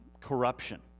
corruption